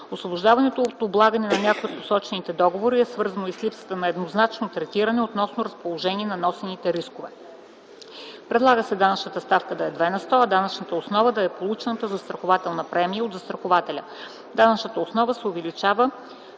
Освобождаването от облагане на някои от посочените договори е свързано и с липсата на еднозначно третиране относно разположението на носените рискове. Предлага се данъчната ставка да е 2 на сто, а данъчната основа да е получената застрахователна премия от застрахователя. Данъчната основа се увеличава